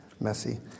Messy